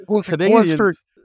Canadians